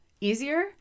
easier